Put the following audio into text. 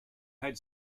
had